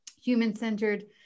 human-centered